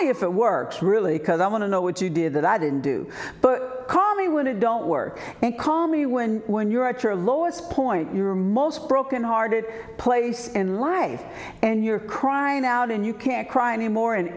comedy if it works really because i want to know what you did that i didn't do but call me when it don't work and call me when when you're at your lowest point your most broken hearted place in life and you're crying out and you can't cry anymore and